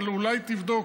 אבל אולי תבדוק,